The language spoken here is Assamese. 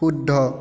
শুদ্ধ